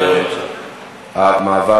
הכול